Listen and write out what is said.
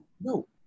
no